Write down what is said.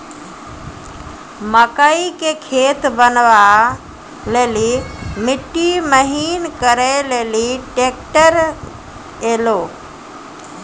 मकई के खेत बनवा ले ली मिट्टी महीन करे ले ली ट्रैक्टर ऐलो?